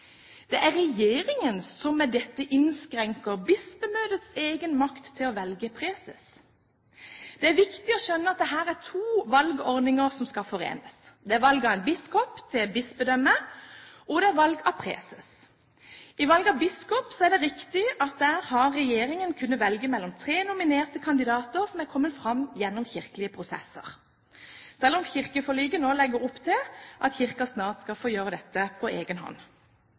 Det er regjeringen som med dette innskrenker Bispemøtets egen makt til å velge preses. Det er viktig å skjønne at det her er to valgordninger som skal forenes – det er valg av en biskop til et bispedømme, og det er valg av preses. I valg av biskop er det riktig at regjeringen har kunnet velge mellom tre nominerte kandidater som er kommet fram gjennom kirkelige prosesser, selv om kirkeforliket nå legger opp til at Kirken snart skal få gjøre dette på egen hånd.